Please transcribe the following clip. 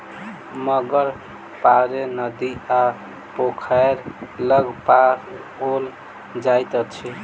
मगर प्रायः नदी आ पोखैर लग पाओल जाइत अछि